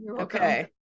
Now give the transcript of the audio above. Okay